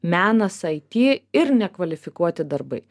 menas it ir nekvalifikuoti darbai